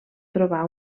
trobar